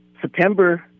september